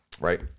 right